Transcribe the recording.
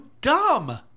dumb